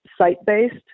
site-based